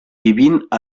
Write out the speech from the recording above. vivint